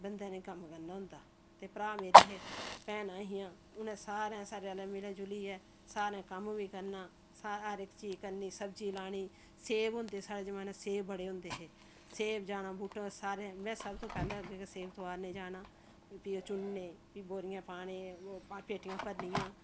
बंदे ने कम्म करना होंदा ते भ्राऽ मेरे हे भैनां हियां उ'नें सारें सारे असें मिली जुलियै सारें कम्म बी करना सा हर इक चीज करनी सब्जी लानी सेब होंदे हे साढ़े जमान्नै सेब बड़े होंदे हे सेब जाना बूह्टे सारें में सब तूं पैह्लें अग्गें अग्गें सेब तोआरन जाना फ्ही ओह् चुनने फ्ही बोरियां पाने ओह् पेटियां भरनियां